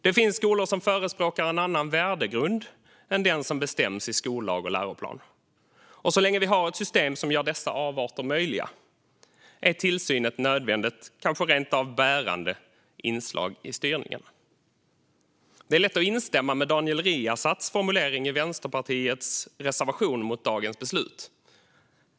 Det finns skolor som förespråkar en annan värdegrund än den som bestämts i skollag och läroplan. Och så länge vi har ett system som gör dessa avarter möjliga är tillsyn ett nödvändigt, kanske rentav bärande, inslag i styrningen. Det är lätt att instämma i Daniel Riazats formulering i Vänsterpartiets reservation mot dagens beslut.